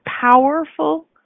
powerful